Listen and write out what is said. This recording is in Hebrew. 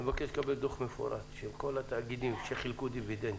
אני מבקש לקבל דוח מפורט של כל התאגידים שחילקו דיבידנדים,